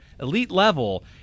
elite-level